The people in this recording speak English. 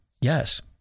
Yes